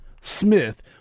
Smith